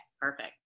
Perfect